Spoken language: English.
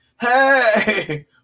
hey